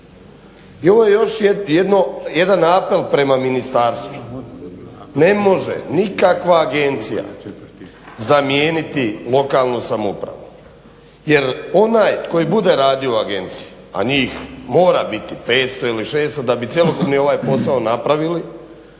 I ovo je još jedan apel prema Ministarstvu, ne može nikakva agencija zamijeniti lokalnu samoupravu jer onaj koji bude radio u agenciji, a njih mora biti 500 ili 600 da bi cjelokupni ovaj posao napravili,